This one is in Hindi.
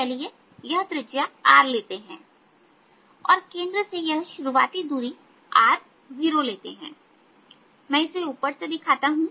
चलिए यह त्रिज्या R लेते हैं और केंद्र से यह दूरी शुरुआती दूरी r0लेते हैं तो मैं इसे सबसे ऊपर दिखाता हूं